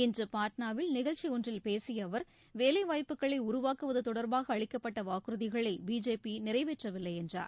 இன்று பாட்னாவில் நிகழ்ச்சி ஒன்றில் பேசிய அவர் வேலை வாய்ப்புகளை உருவாக்குவது தொடர்பாக அளிக்கப்பட்ட வாக்குறுதிகளை பிஜேபி நிறைவேற்றவில்லை என்றார்